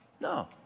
No